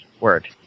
Word